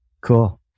Cool